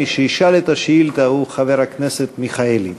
מי שישאל את השאילתה הוא חבר הכנסת מיכאלי.